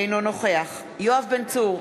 אינו נוכח יואב בן צור,